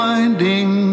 Winding